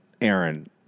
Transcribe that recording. Aaron